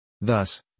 Thus